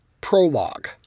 Prologue